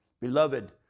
Beloved